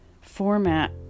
format